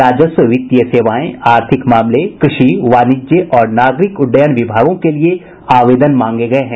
राजस्व वित्तीय सेवाएं आर्थिक मामले कृषि वाणिज्य और नागरिक उड्डयन विभागों के लिए आवेदन मांगे गए हैं